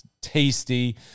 tasty